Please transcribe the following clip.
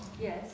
Yes